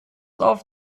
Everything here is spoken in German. auf